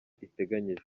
iteganyijwe